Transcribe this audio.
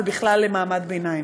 ובכלל למעמד הביניים.